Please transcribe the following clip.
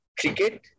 cricket